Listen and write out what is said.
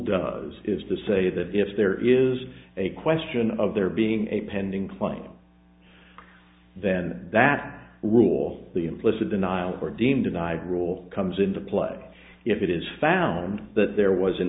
does is to say that if there is a question of there being a pending claim then that rule the implicit denial of or deemed denied rule comes into play if it is found that there was an